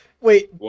Wait